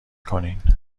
کنین